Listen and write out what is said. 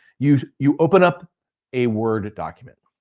you you open up a word document,